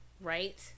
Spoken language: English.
Right